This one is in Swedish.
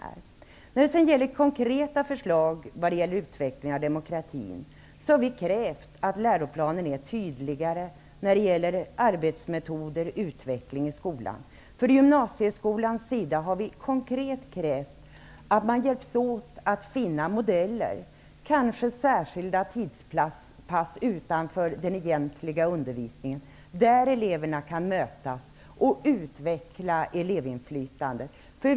Som exempel på konkreta förslag vad gäller utveckling av demokratin kan jag säga att vi socialdemokrater har krävt att läroplanen skall vara tydligare när det gäller arbetsmetoder och utveckling i skolan. Vad beträffar gymnsieskolan har vi krävt att man skall hjälpas åt att finna modeller. En modell kan kanske vara särskilda tidspass utanför den egentliga undervisningen där eleverna kan mötas och utveckla elevinflytandet.